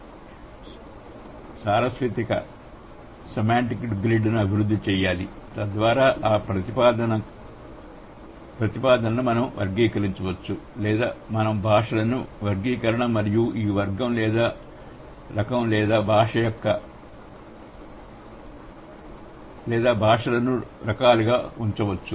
సెమాంటిస్టులు సార్వత్రిక సెమాంటిక్ గ్రిడ్ను అభివృద్ధి చేయాలి తద్వారా ఆ ప్రాతిపదికన మనం వర్గీకరించవచ్చు లేదా మనం భాషలను వర్గీకరణ మరియు ఈ వర్గం లేదా రకం లేదా భాషలను రకాలుగా ఉంచవచ్చు